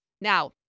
Now